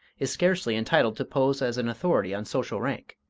is scarcely entitled to pose as an authority on social rank.